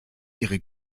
ihre